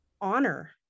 honor